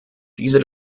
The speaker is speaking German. diese